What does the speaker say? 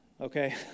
okay